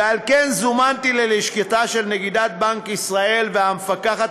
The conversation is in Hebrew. ועל כן זומנתי ללשכתה של נגידת בנק ישראל והמפקחת